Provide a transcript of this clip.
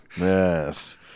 Yes